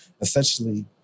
essentially